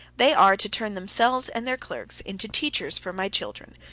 they are to turn themselves and their clerks into teachers for my children,